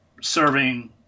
serving